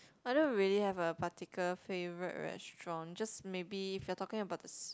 I don't really have a particular favourite restaurant just maybe if you are talking about this